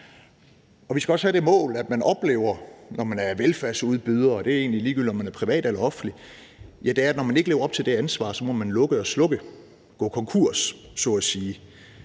Og vi skal også have det mål, at man oplever, når man er velfærdsudbyder, og det er egentlig ligegyldigt, om man er privat eller offentlig, at når man ikke lever op til det ansvar, må man lukke og slukke, gå konkurs så at sige,